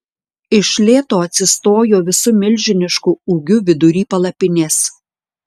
iš lėto atsistojo visu milžinišku ūgiu vidury palapinės